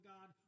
God